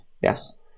Yes